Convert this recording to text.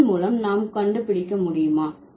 இதன் மூலம் நாம் கண்டுபிடிக்க முடியுமா